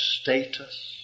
status